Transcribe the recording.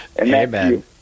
Amen